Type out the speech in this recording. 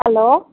hello